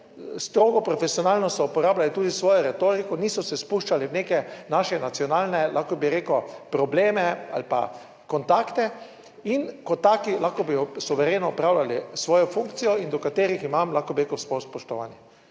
strogo profesionalno so uporabljali tudi svojo retoriko, niso se spuščali v neke naše nacionalne, lahko bi rekel, probleme ali pa kontakte in kot taki, lahko bi suvereno opravljali svojo funkcijo in do katerih imam, lahko bi rekel spoštovani.